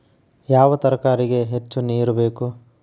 ಯಾವ ತರಕಾರಿಗೆ ಹೆಚ್ಚು ನೇರು ಬೇಕು?